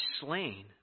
slain